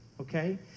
okay